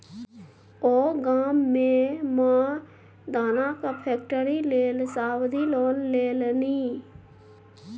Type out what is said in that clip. ओ गाममे मे दानाक फैक्ट्री लेल सावधि लोन लेलनि